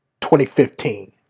2015